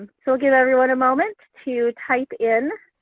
so we'll give everyone a moment to type in